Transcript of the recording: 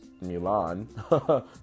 Milan